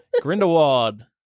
grindelwald